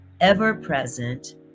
ever-present